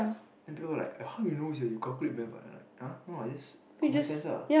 then people like how you know sia you calculate math ah then like [huh] no lah just common sense ah